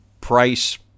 price